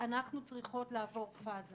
אנחנו צריכות לעבור פאזה